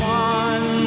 one